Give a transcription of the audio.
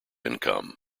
income